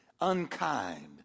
unkind